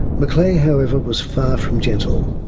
macleay however was far from gentle.